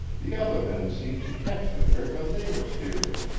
the other men seemed to catch the trick when they were steering.